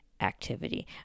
activity